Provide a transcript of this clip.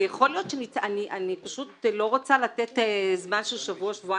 אני פשוט לא רוצה לתת זמן של שבוע-שבועיים,